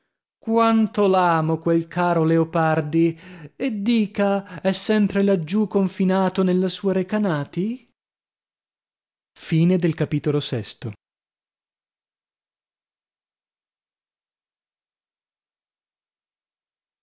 quarneri quanto l'amo quel caro leopardi e dica è sempre laggiù confinato nella sua recanati